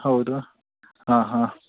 ಹೌದು ಆಂ ಹಾಂ